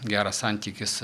geras santykis